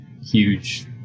huge